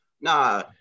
Nah